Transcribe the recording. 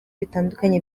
bitandukanye